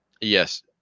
yes